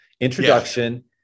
introduction